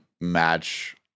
match